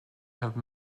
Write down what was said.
have